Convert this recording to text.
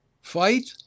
fight